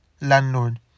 landlord